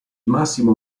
massimo